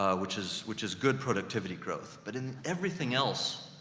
um which is, which is good productivity growth. but in everything else,